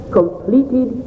completed